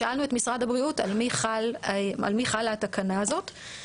שאלנו את משרד הבריאות: על מי חלה התקנה הזאת?